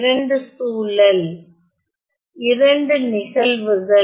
இரண்டு சூழல் இரண்டு நிகழ்வுகள்